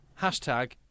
hashtag